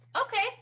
Okay